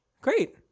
Great